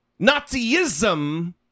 Nazism